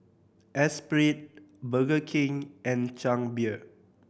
Espirit Burger King and Chang Beer